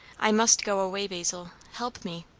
i must go away basil, help me!